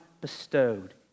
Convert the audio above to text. bestowed